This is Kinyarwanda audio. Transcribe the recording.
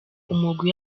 umugwi